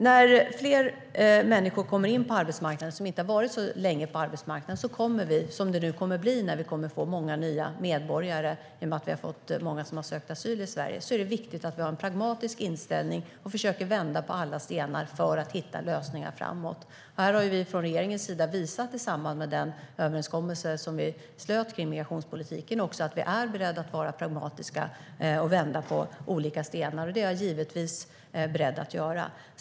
När fler människor kommer in på arbetsmarknaden, som det kommer att blir när vi får nya medborgare i och med att många söker asyl i Sverige, är det viktigt att vi har en pragmatisk inställning och försöker vända på alla stenar för att hitta lösningar framåt. Här har vi från regeringens sida i samband med den överenskommelse som vi slöt kring migrationspolitiken visat att vi är beredda att vara pragmatiska och vända på olika stenar, och det är jag givetvis beredd att göra.